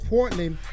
Portland